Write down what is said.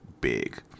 big